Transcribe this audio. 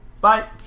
Bye